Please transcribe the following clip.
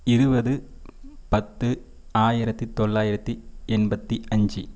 இருபது பத்து ஆயிரத்தி தொள்ளாயிரத்தி எண்பத்தி அஞ்சு